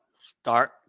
start